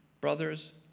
brothers